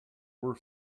were